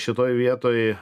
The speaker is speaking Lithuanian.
šitoj vietoj